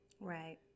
Right